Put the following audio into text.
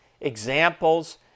examples